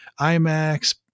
IMAX